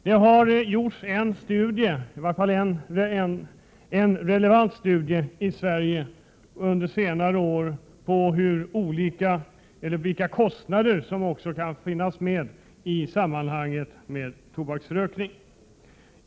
Det har under senare år gjorts i varje fall en relevant studie av vilka kostnaderna kan vara för tobaksrökningen.